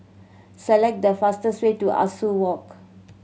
select the fastest way to Ah Soo Walk